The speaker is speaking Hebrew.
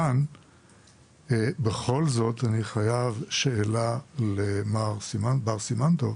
כאן בכל זאת אני חייב שאלה למר בר סימן טוב.